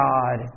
God